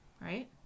Right